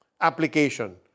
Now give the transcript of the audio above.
Application